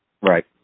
Right